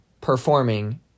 performing